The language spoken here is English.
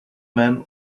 man